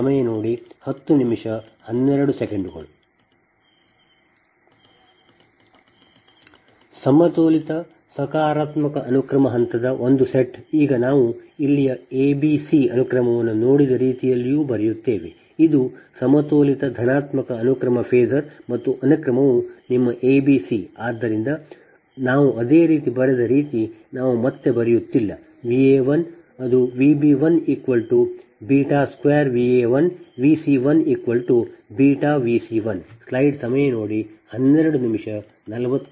ಸಮತೋಲಿತ ಸಕಾರಾತ್ಮಕ ಅನುಕ್ರಮ ಹಂತದ ಒಂದು ಸೆಟ್ ಈಗ ನಾವು ಇಲ್ಲಿ a b c ಅನುಕ್ರಮವನ್ನು ನೋಡಿದ ರೀತಿಯಲ್ಲಿಯೂ ಬರೆಯುತ್ತೇವೆ ಇದು ಸಮತೋಲಿತ ಧನಾತ್ಮಕ ಅನುಕ್ರಮ ಫೇಸರ್ ಮತ್ತು ಅನುಕ್ರಮವು ನಿಮ್ಮ a b c ಆದ್ದರಿಂದ ನಾವು ಅದೇ ರೀತಿ ಬರೆದ ರೀತಿ ನಾವು ಮತ್ತೆ ಬರೆಯುತ್ತಿಲ್ಲ V a1 ಅದು Vb12Va1 Vc1βVc1